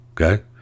okay